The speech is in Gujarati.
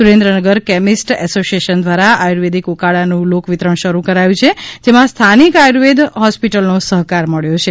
સુરેન્દ્રનગર કેમિસ્ટ અસોશિએશન દ્વારા આયુર્વેદિક ઉકાળાનું લોક વિતરણ શરૂ કરાયું છે જેમાં સ્થાનિક આર્યુવેદ હોસ્પિટલનો સહકાર મળ્યો છે